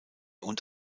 und